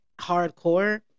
hardcore